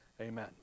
Amen